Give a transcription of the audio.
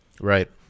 Right